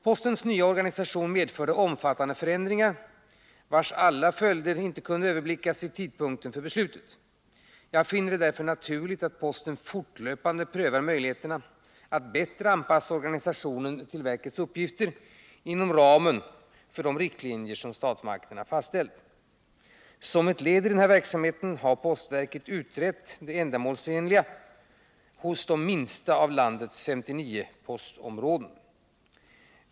Postverkets nya organisation medförde omfattande förändringar, vars alla konsekvenser inte kunde överblickas vid tidpunkten för beslutet. Jag finner det därför naturligt att postverket fortlöpande prövar möjligheterna att bättre anpassa sin organisation till verkets uppgifter inom ramen för de av statsmakterna fastställda riktlinjerna. Som ett led i denna verksamhet har postverket utrett ändamålsenligheten hos de minsta av landets 59 postområden.